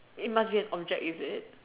it must be a object is it